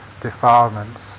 defilements